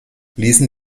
ließen